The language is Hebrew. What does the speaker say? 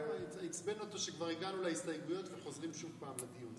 עצבן אותו שכבר הגענו להסתייגויות וחוזרים שוב לדיון,